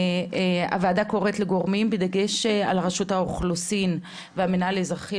הוועדה קוראת לגורמים בדגש על רשות האוכלוסין והמינהל האזרחי,